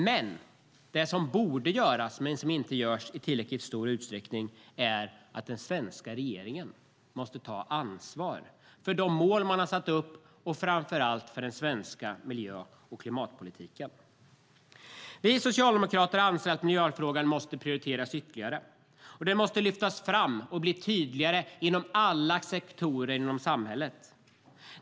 Men det finns något som borde göras men som inte görs i tillräckligt stor utsträckning. Den svenska regeringen måste ta ansvar för de mål man har satt upp och framför allt för den svenska miljö och klimatpolitiken. Vi socialdemokrater anser att miljöfrågan måste prioriteras ytterligare. Och detta måste lyftas fram och bli tydligare inom alla sektorer i samhället.